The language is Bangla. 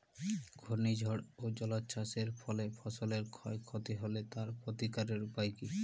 ঘূর্ণিঝড় ও জলোচ্ছ্বাস এর ফলে ফসলের ক্ষয় ক্ষতি হলে তার প্রতিকারের উপায় কী?